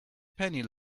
penny